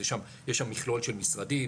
יש שם מכלול של משרדים,